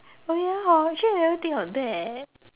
oh ya hor actually I never think on that leh